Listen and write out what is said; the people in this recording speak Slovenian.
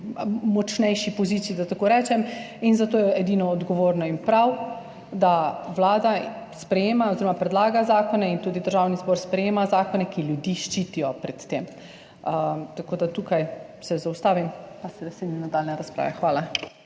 močnejši poziciji, da tako rečem, in zato je edino odgovorno in prav, da vlada sprejema oziroma predlaga zakone in tudi Državni zbor sprejema zakone, ki ljudi ščitijo pred tem. Tukaj se zaustavim in se veselim nadaljnje razprave. Hvala.